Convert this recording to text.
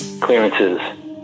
clearances